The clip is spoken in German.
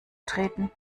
treten